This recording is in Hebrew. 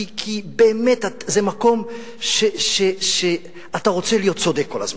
כי זה באמת מקום שאתה רוצה להיות צודק כל הזמן.